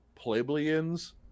plebeians